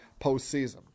postseason